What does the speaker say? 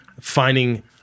finding